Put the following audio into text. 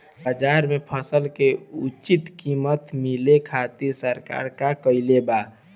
बाजार में फसल के उचित कीमत मिले खातिर सरकार का कईले बाऽ?